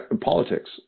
Politics